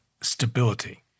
stability